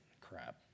Crap